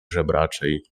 żebraczej